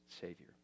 Savior